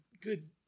good